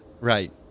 Right